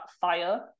fire